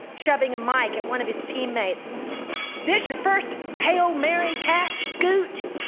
shoving a mike at one of his teammates this your first hail mary catch, scoot?